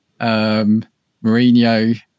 Mourinho